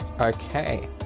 Okay